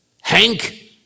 Hank